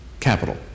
capital